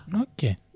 Okay